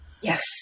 Yes